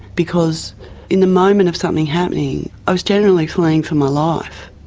because in the moment of something happening i was generally fleeing for my life,